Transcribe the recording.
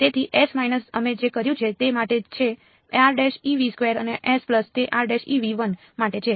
તેથી અમે જે કર્યું છે તે માટે છે અને તે માટે છે